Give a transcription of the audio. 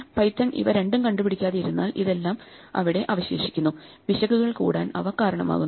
Python ഇവ രണ്ടും കണ്ടുപിടിക്കാതെ ഇരുന്നാൽ ഇതെല്ലാം അവിടെ അവശേഷിക്കുന്നു പിശകുകൾ കൂടാൻ അവ കാരണമാകുന്നു